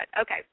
okay